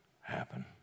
happen